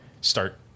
start